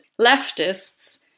leftists